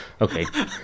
Okay